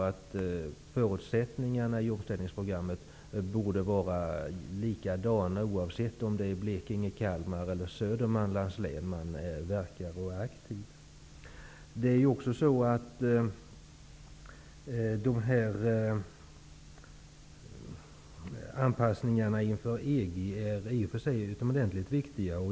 Förutsättningarna i omställningsprogrammet borde ju vara likadana oavsett om man verkar i Blekinge, Anpassningarna inför EG är i och för sig utomordentligt viktiga.